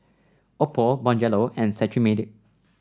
Oppo Bonjela and Cetrimide